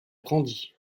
grandi